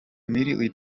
immediately